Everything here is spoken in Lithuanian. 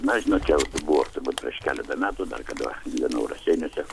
na žinot čia buvo turbūt prieš keletą metų dar kada gyvenau raseiniuose